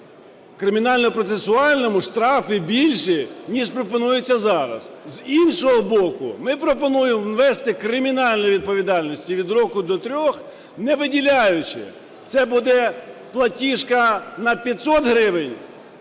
Кримінально-процесуальному штрафи більші, ніж пропонується зараз. З іншого боку, ми пропонуємо ввести кримінальну відповідальність від року до трьох, не виділяючи, це буде платіжка на 500 гривень,